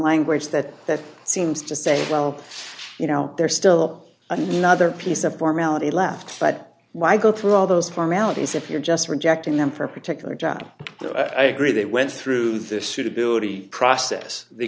language that that seems to say well you know there's still another piece of formality left but why go through all those formalities if you're just rejecting them for a particular job i agree they went through this suitability process they